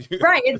Right